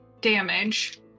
damage